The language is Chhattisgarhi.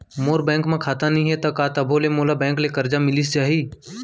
मोर बैंक म खाता नई हे त का तभो ले मोला बैंक ले करजा मिलिस जाही?